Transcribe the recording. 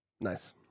Nice